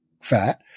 fat